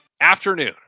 afternoon